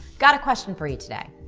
got a question for you today.